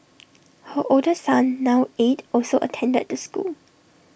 her older son now eight also attended the school